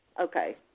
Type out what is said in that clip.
Okay